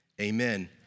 amen